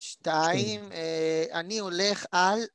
שתיים אני הולך על